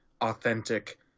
authentic